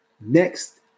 next